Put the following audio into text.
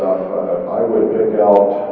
i would pick out